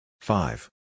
Five